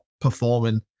performing